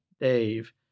Dave